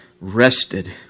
rested